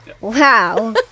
Wow